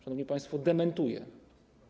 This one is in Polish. Szanowni państwo, dementuję to.